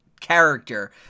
character